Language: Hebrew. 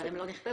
אבל הם לא נכתבו.